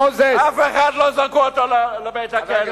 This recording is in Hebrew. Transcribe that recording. אף אחד, לא זרקו אותו לבית-הכלא,